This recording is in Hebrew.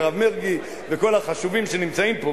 הרב מרגי וכל החשובים שנמצאים פה.